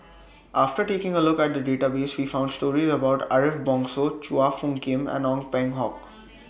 after taking A Look At The Database We found stories about Ariff Bongso Chua Phung Kim and Ong Peng Hock